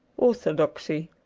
orthodoxy.